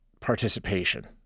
participation